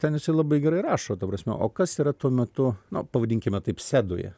ten jisai labai gerai rašo ta prasme o kas yra tuo metu nu pavadinkime taip sedoje